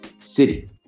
City